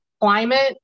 Climate